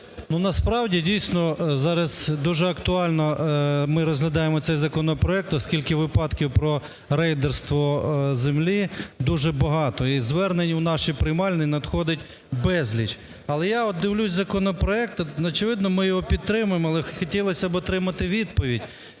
Насправді, дійсно зараз дуже актуально ми розглядаємо цей законопроект, оскільки випадків про рейдерство землі дуже багато, і звернень у наші приймальні надходить безліч. Але я от дивлюсь законопроект, очевидно ми його підтримуємо, але хотілося б отримати відповідь.